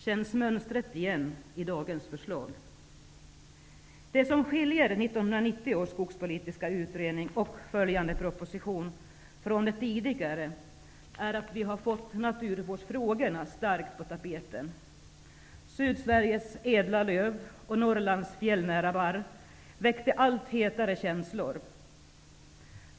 Känns mönstret igen i dagens förslag? Det som skiljer 1990 års skogspolitiska utredning och följande proposition från de tidigare är att naturvårdsfrågorna har kommit på tapeten. Sydsveriges ädla löv och Norrlands fjällnära barr väckte allt hetare känslor.